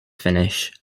finish